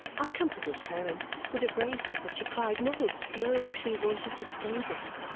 i comforted her and would have raised her, but she cried no, no she wanted to stay there!